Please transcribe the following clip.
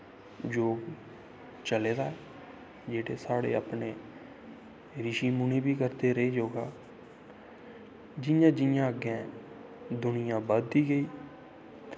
योगा चले दा जेह्ड़े साढ़े अपने रिशी मुनी बी करदे रेह् योगा जियां जियां दुनियां अग्गैं बधदी गेई